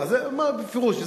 אני אומר בפירוש,